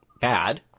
Bad